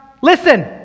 listen